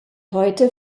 heute